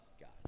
god